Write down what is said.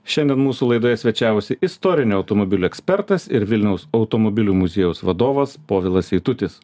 šiandien mūsų laidoje svečiavosi istorinių automobilių ekspertas ir vilniaus automobilių muziejaus vadovas povilas eitutis